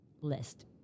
list